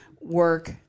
work